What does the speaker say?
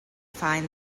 find